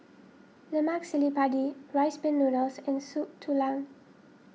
Lemak Cili Padi Rice Pin Noodles and Soup Tulang